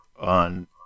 on